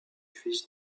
fils